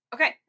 Okay